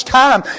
time